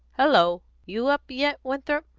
hello! you up yet, winthrop?